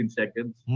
seconds